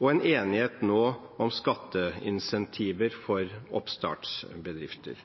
og en enighet om skatteincentiver for oppstartsbedrifter.